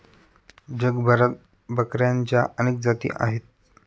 जगभरात बकऱ्यांच्या अनेक जाती आहेत